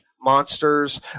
monsters